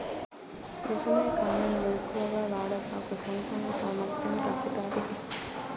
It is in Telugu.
నిజమే కానీ నువ్వు ఎక్కువగా వాడబాకు సంతాన సామర్థ్యం తగ్గుతాది